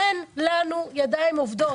אין לנו ידיים עובדות.